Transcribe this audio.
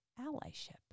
allyship